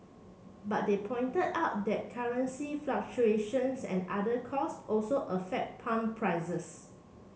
but they pointed out that currency fluctuations and other costs also affect pump prices